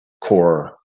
core